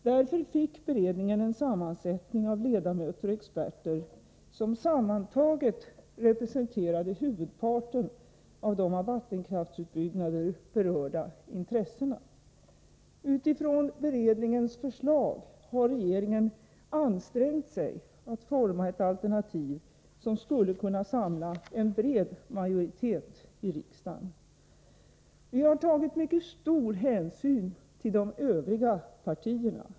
Därför fick beredningen en sammansättning av ledamöter och experter som sammantaget representerade huvudparten av de av vattenkraftsutbyggnader berörda intressena. Utifrån beredningens förslag har regeringen ansträngt sig att forma ett alternativ som skulle kunna samla en bred majoritet i riksdagen. Vi har tagit mycket stor hänsyn till de övriga partierna.